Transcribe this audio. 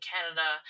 Canada